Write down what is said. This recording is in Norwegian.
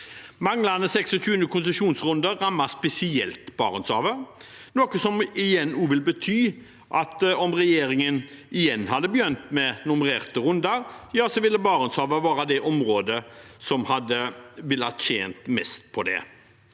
Manglende 26. konsesjonsrunde rammet spesielt Barentshavet, noe som også vil bety at om regjeringen igjen hadde begynt med nummererte runder, ville Barentshavet vært det området som hadde tjent mest på det.